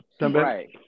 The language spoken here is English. Right